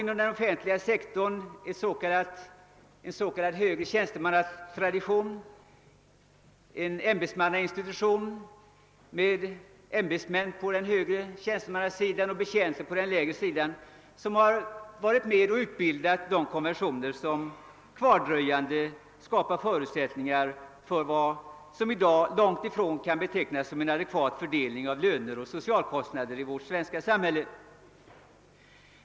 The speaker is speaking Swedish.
Inom den offentliga sektorn finns också en s.k. högre tjänstemannatradition, en ämbetsmannainstitution, med ämbetsmän på den högre tjänstemannanivån och s.k. betjänte på den lägre, som varit med och utbildat de konventioner som kvardröjande skapar förutsättningar för vad som i dag långtifrån kan betecknas som en adekvat fördelning av löner och socialkostnader i vårt samhälle.